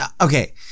Okay